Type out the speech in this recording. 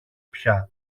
πια